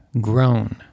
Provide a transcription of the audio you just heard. grown